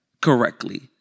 correctly